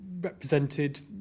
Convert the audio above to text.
represented